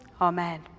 Amen